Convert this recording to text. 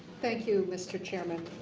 thank you, mr. chairman.